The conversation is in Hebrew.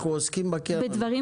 אנחנו עוסקים בקרן.